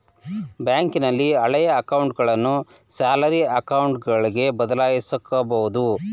ಬ್ಯಾಂಕಿನಲ್ಲಿ ಹಳೆಯ ಅಕೌಂಟನ್ನು ಸ್ಯಾಲರಿ ಅಕೌಂಟ್ಗೆ ಬದಲಾಯಿಸಕೊಬೋದು